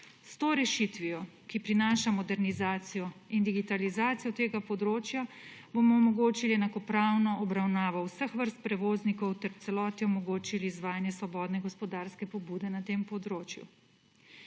S to rešitvijo, ki prinaša modernizacijo in digitalizacijo tega področja, bomo omogočili enakopravno obravnavo vseh vrst prevoznikov ter v celoti omogočili izvajanje svobodne gospodarske pobude na tem področju.